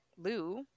Lou